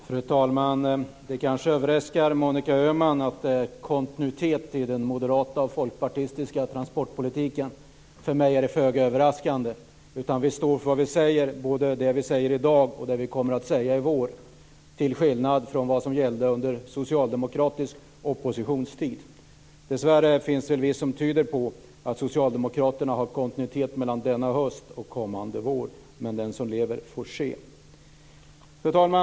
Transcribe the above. Fru talman! Det kanske överraskar Monica Öhman att det finns kontinuitet i den moderata och folkpartistiska transportpolitiken. För mig är det föga överraskande. Vi står för vad vi säger, både det vi säger i dag och det vi kommer att säga i vår - detta till skillnad från hur socialdemokraterna agerade under den socialdemokratiska oppositionstiden. Dessvärre finns en del som tyder på att det finns kontinuitet i det socialdemokratiska agerandet mellan denna höst och kommande vår. Den som lever får se. Fru talman!